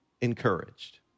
encouraged